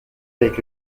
avec